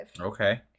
okay